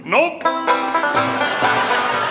Nope